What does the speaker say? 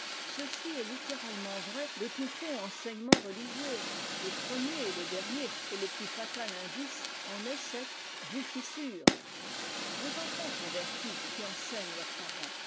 ceci est littéralement vrai de tout faux enseignement religieux le premier et le dernier et le plus fatal indice en est cette bortfnssure i vos enfants convertis qui enseignent leurs parents